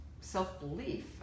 self-belief